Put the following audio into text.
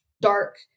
dark